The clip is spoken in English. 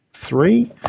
Three